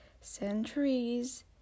centuries